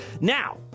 now